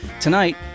Tonight